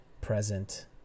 present